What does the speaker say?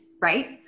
right